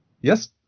yes